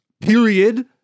period